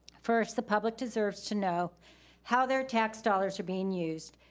first, the public deserves to know how their tax dollars are being used,